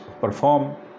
perform